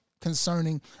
concerning